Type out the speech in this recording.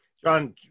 John